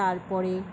তারপরে